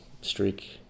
streak